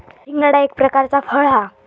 शिंगाडा एक प्रकारचा फळ हा